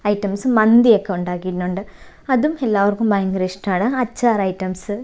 items മന്തിയൊക്കെ ഉണ്ടാക്കിയിട്ടുണ്ട് അതും എല്ലാവർക്കും ഭയങ്കര ഇഷ്ടമാണ് അച്ചാറ് ഐറ്റംസ്